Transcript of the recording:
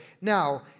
Now